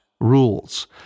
rules